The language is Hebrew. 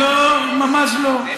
לא, ממש לא.